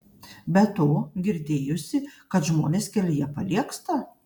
be to girdėjusi kad žmonės kelyje paliegsta